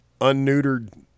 unneutered